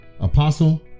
apostle